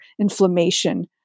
inflammation